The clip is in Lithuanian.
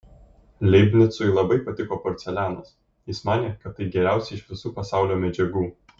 leibnicui labai patiko porcelianas jis manė kad tai geriausia iš visų pasaulio medžiagų